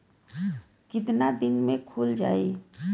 कितना दिन में खुल जाई?